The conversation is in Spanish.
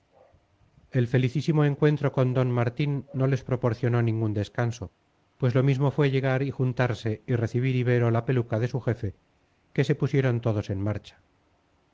el felicísimo encuentro con don martín no les proporcionó ningún descanso pues lo mismo fue llegar y juntarse y recibir ibero la peluca de su jefe que se pusieron todos en marcha